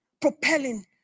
propelling